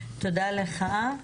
תודה לך.